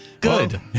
Good